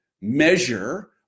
measure